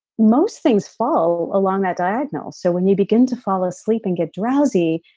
most things fall along that diagonals so when you begin to fall asleep and get drowsy,